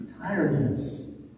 tiredness